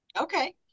Okay